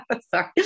Sorry